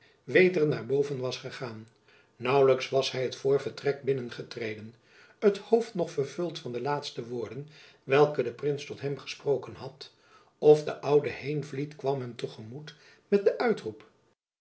weder naar boven was gegaan naauwlijks was hy het voorvertrek binnen getreden het hoofd nog vervuld van de laatste woorden welke de prins tot hem gesproken had of de oude heenvliet kwam hem te gemoet met den uitroep